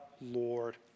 Lord